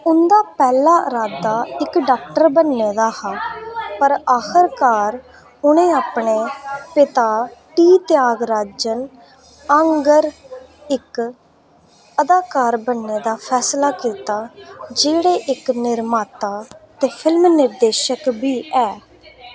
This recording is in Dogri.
उं'दा पैह्ला अरादा इक डाक्टर बनने दा हा पर आखरकार उ'नें अपने पिता टी त्यागराजन आंह्गर इक अदाकार बनने दा फैसला कीता जेह्ड़े इक निर्माता ते फिल्म निर्देशक बी ऐ